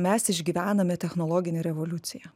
mes išgyvename technologinę revoliuciją